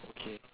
okay